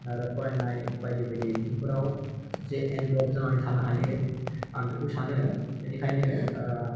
आरो फरायनाय बायदि बायदि बिथिंफोराव जे इनभ'ल्भ जानानै थानो हायो आं बेखौ सानो बेनिखायनो